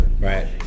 Right